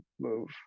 move